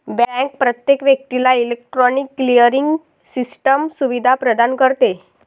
bank प्रत्येक व्यक्तीला electronic clearing system सुविधा प्रदान करते